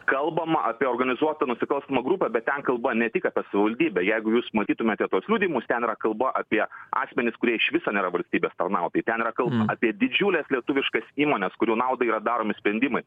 kalbama apie organizuotą nusikalstamą grupę bet ten kalba ne tik apie savivaldybę jeigu jūs matytumėte tuos liudijimuas ten yra kalba apie asmenis kurie iš viso nėra valstybės tarnautojai ten yra kalbama apie didžiules lietuviškas įmones kurių naudai yra daromi sprendimai